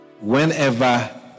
whenever